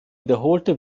wiederholte